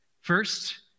First